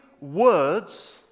words